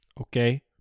okay